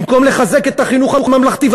במקום לחזק את החינוך הממלכתי,